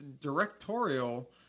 directorial